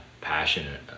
passionate